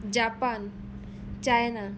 Japan China